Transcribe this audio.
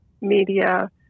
media